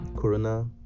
Corona